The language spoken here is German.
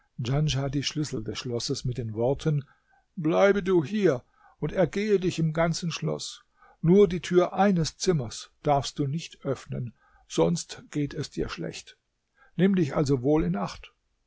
die schlüssel des schlosses mit den worten bleibe du hier und ergehe dich im ganzen schloß nur die tür eines zimmers darfst du nicht öffnen sonst geht es dir schlecht nimm dich also wohl in acht